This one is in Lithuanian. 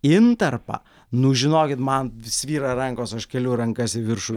intarpą nu žinokit man svyra rankos aš keliu rankas į viršų